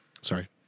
Sorry